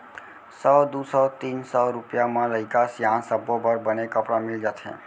सौ, दू सौ, तीन सौ रूपिया म लइका सियान सब्बो बर बने कपड़ा मिल जाथे